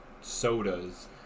sodas